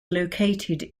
located